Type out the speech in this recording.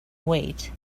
wait